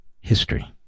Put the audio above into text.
history